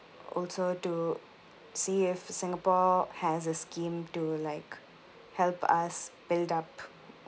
also to see if singapore has a scheme to like help us build up